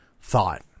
thought